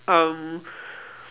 um